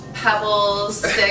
pebbles